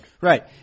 Right